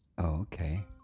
okay